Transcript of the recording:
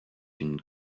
une